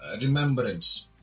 remembrance